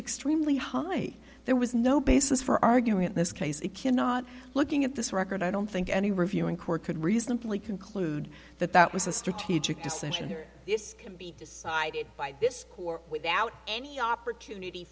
extremely high there was no basis for arguing in this case it cannot looking at this record i don't think any reviewing court could reasonably conclude that that was a strategic decision here this can be decided by this court without any opportunity